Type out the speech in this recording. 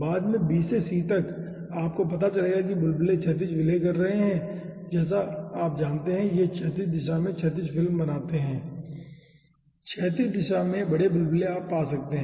बाद में b से c तक आपको पता चलेगा कि बुलबुले क्षैतिज विलय कर रहे हैं और जैसा आप जानते है ये क्षैतिज दिशा में क्षैतिज फिल्म बनाते हैं क्षैतिज दिशा में बड़े बुलबुले आप पा सकते हैं